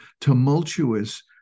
tumultuous